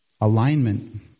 alignment